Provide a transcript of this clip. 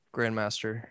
Grandmaster